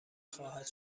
خواهد